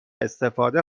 استفاده